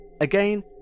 Again